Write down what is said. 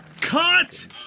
Cut